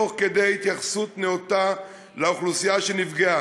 תוך כדי התייחסות נאותה לאוכלוסייה שנפגעה.